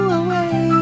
away